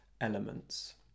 elements